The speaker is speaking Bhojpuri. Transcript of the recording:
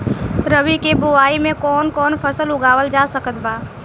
रबी के बोआई मे कौन कौन फसल उगावल जा सकत बा?